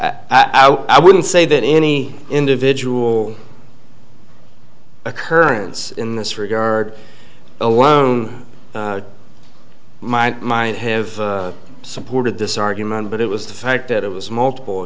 it i wouldn't say that any individual occurrence in this regard alone mike might have supported this argument but it was the fight that it was multiple